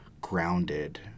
grounded